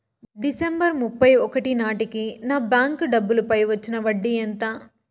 December ముప్పై ఒకటి నాటేకి నా బ్యాంకు డబ్బుల పై వచ్చిన వడ్డీ ఎంత?